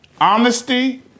honesty